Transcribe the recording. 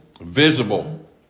Visible